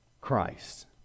Christ